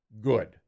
Good